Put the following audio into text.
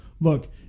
look